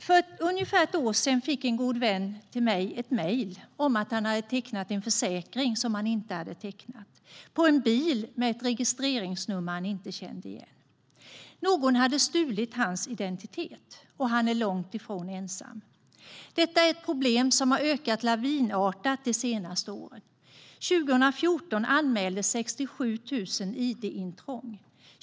För ungefär ett år sedan fick en god vän till mig ett mejl om att han tecknat en försäkring som han inte tecknat på en bil med ett registreringsnummer han inte kände igen. Någon hade stulit hans identitet, och han är långt ifrån ensam. Detta är ett problem som har ökat lavinartat de senaste åren. År 2014 anmäldes 67 000 id-intrång.